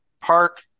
Park